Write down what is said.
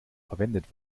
verwendet